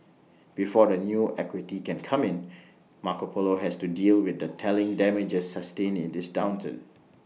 before the new equity can come in Marco Polo has to deal with the telling damages sustained in this downturn